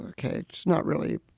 okay. not really.